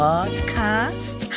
Podcast